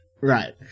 Right